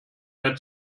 der